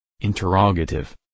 Interrogative